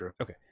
okay